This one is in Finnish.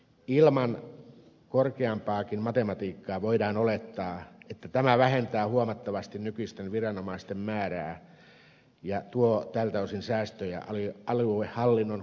ilman korkeampaakin matematiikkaa voidaan olettaa että tämä vähentää huomattavasti nykyisten viranomaisten määrää ja tuo tältä osin säästöjä aluehallinnon kustannuksiin